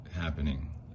happening